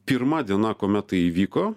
pirma diena kuomet tai įvyko